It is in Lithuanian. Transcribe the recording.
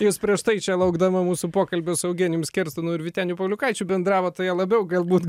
jūs prieš tai čia laukdama mūsų pokalbio su eugenijum skerstonu ir vyteniu pauliukaičiu bendravot tai jie labiau galbūt